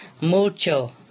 mucho